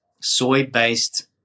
soy-based